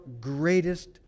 greatest